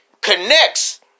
connects